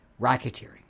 racketeering